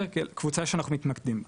כאל קבוצה שאנחנו מתמקדים בה.